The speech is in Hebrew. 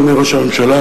אדוני ראש הממשלה,